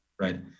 right